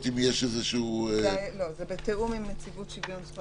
אם יש איזשהו --- זה בתיאום עם נציבות שוויון זכויות